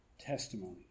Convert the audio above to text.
testimony